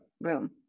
room